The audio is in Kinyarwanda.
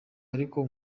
ariko